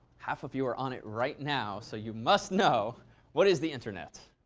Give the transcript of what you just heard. half of you are on it right now, so you must know what is the internet?